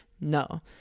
No